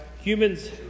Humans